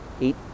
eat